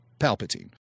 Palpatine